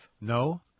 No